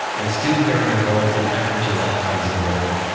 and still very involved in aboriginal outcomes in walgett,